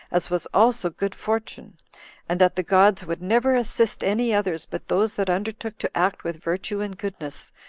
as was also good fortune and that the gods would never assist any others but those that undertook to act with virtue and goodness,